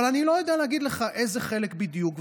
אבל אני לא יודע להגיד לך איזה חלק בדיוק,